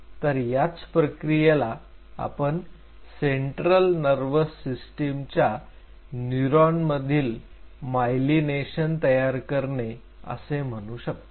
तर याच प्रक्रियेला आपण सेंट्रल नर्व्हस सिस्टिमच्या न्यूरॉन मधील मायलिनेशन तयार करणे असे म्हणू शकतो